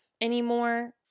anymore